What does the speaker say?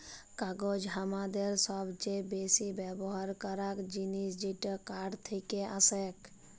কাগজ হামাদের সবচে বেসি ব্যবহার করাক জিনিস যেটা কাঠ থেক্কে আসেক